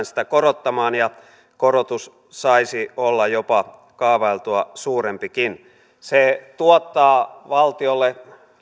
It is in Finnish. sitä korottamaan ja korotus saisi olla jopa kaavailtua suurempi se tuottaa valtiolle